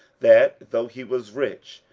that, though he was rich,